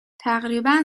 تقریبا